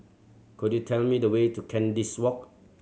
could you tell me the way to Kandis Walk